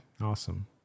Awesome